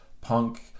punk